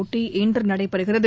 போட்டி இன்று நடைபெறுகிறது